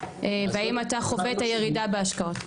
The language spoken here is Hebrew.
והאם אתה חווה את הירידה בהשקעות?